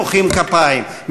מוחאים כפיים,